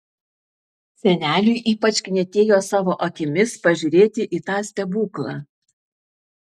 seneliui ypač knietėjo savo akimis pažiūrėti į tą stebuklą